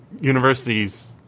universities